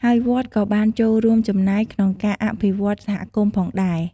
ហើយវត្តក៏បានចូលរួមចំណែកក្នុងការអភិវឌ្ឍន៍សហគមន៍ផងដែរ។